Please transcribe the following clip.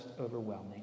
overwhelming